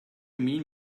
mean